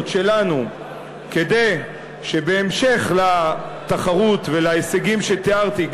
שלנו כדי שבהמשך לתחרות ולהישגים שתיארתי,